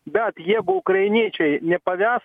bet jeigu ukrainiečiai nepaves